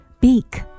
Beak